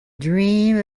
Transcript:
dream